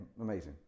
amazing